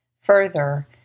Further